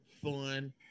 fun